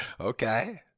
Okay